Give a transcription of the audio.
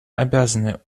обязаны